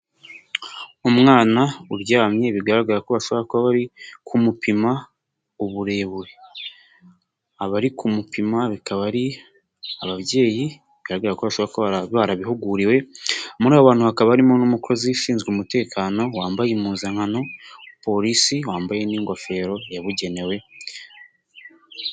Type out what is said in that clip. Umwana uryamye, bigaragara ko shobora kuba bari kumupima uburebure, abari kumupima bakaba ari ababyeyi bigaragara ko bashobora kuba barabihuguriwe, muri abo bantu hakaba harimo n'umukozi ushinzwe umutekano, wambaye impuzankano ya polisi wambaye n'ingofero yabugenewe.